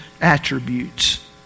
attributes